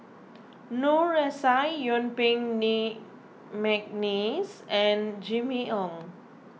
Noor S I Yuen Peng Lee McNeice and Jimmy Ong